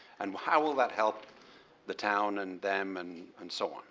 and how will that help the town and them and and so